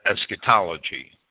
eschatology